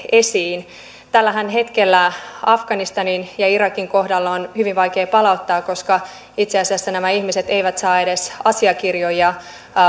esiin tällähän hetkellä afganistanin ja irakin kohdalla on hyvin vaikea palauttaa koska itse asiassa nämä ihmiset eivät edes saa asiakirjoja